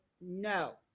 no